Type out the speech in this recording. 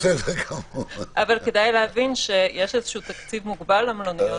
אבל כדאי להבין שיש תקציב מוגבל למלוניות.